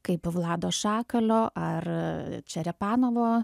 kaip vlado šakalio ar čerepanovo